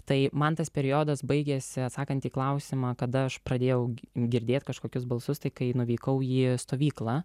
tai man tas periodas baigėsi atsakant į klausimą kada aš pradėjau girdėt kažkokius balsus tai kai nuvykau į stovyklą